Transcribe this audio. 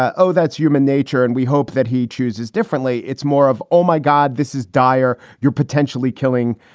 oh, that's human nature. and we hope that he chooses differently. it's more of, oh, my god, this is dire. you're potentially killing,